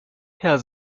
herr